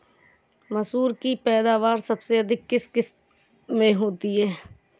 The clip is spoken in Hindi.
मसूर की पैदावार सबसे अधिक किस किश्त में होती है?